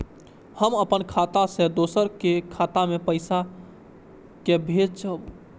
हम अपन खाता से दोसर के खाता मे पैसा के भेजब?